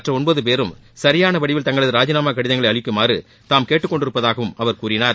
மற்ற ஒன்பது பேரும் சரியான வடிவில் தங்களது ராஜினாமா கடிதங்களை அளிக்குமாறு தாம் கேட்டுக்கொண்டிருப்பதாகவும் அவர் கூறினார்